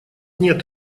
нет